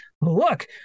look